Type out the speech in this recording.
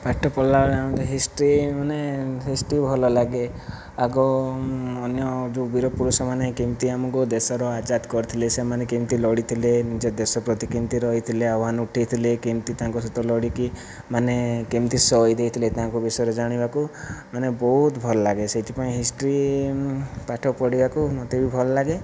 ପାଠ ପଢ଼ିଲା ବେଳେ ଆମ ତ ହିଷ୍ଟରୀ ମାନେ ହିଷ୍ଟରୀ ଭଲ ଲାଗେ ଆଗ ଅନ୍ୟ ବୀର ପୁରୁଷ ମାନେ କେମତି ଆମକୁ ଦେଶର ଆଜାଦ୍ କରିଥିଲେ ସେମାନେ କେମତି ଲଢ଼ିଥିଲେ ନିଜ ଦେଶ ପ୍ରତି କେମତି ରହିଥିଲେ ଆହ୍ବାନ ଉଠାଇଥିଲେ କେମତି ତାଙ୍କ ସହିତ ଲଢ଼ିକି ମାନେ କେମତି ସହୀଦ ହୋଇଥିଲେ ତାଙ୍କ ବିଷୟରେ ଜାଣିବାକୁ ମାନେ ବହୁତ ଭଲ ଲାଗେ ସେଥିପାଇଁ ହିଷ୍ଟରୀ ପାଠ ପଢ଼ିବାକୁ ମୋତେ ବି ଭଲ ଲାଗେ